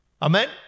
Amen